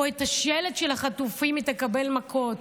או את השלט של החטופים, והיא תקבל מכות.